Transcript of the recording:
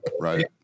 Right